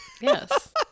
Yes